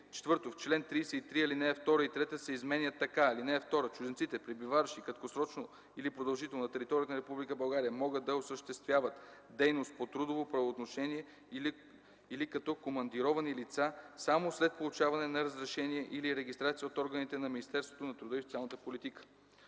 „23”. 4. В чл. 33 ал. 2 и 3 се изменят така: „(2) Чужденците, пребиваващи краткосрочно или продължително на територията на Република България, могат да осъществяват дейност по трудово правоотношение или като командировани лица само след получаване на разрешение или регистрация от органите на Министерството на труда и социалната политика.